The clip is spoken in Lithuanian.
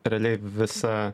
realiai visa